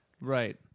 right